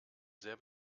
sehr